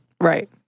Right